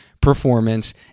performance